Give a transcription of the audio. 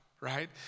right